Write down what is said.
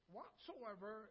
Whatsoever